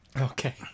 Okay